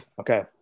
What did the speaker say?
Okay